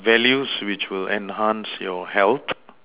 values which will enhance your help